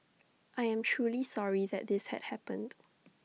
I am truly sorry that this had happened